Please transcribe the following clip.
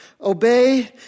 obey